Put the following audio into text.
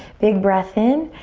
big breath in.